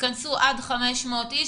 יכנסו עד 500 איש.